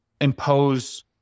impose